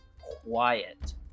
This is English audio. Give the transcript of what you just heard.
quiet